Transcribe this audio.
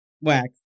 Wax